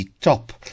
Top